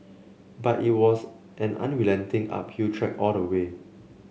but it was an unrelenting uphill trek all the way